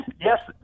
yes